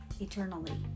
eternally